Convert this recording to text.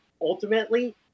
Ultimately